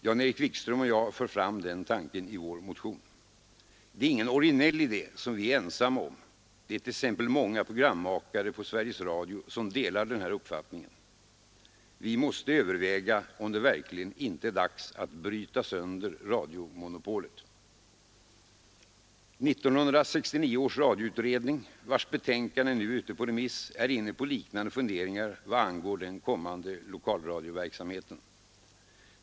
Jan-Erik Wikström och jag för fram den tanken i vår motion. Det är ingen originell idé som vi är ensamma om. Det är t.ex. många programmakare på Sveriges Radio som delar den uppfattningen. Vi måste överväga om det verkligen inte är dags att bryta sönder radiomonopolet. 1969 års radioutredning, vars betänkande nu är på remiss, är inne på liknande funderingar vad angår den kommande lokalradioverksamheten.